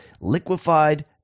liquefied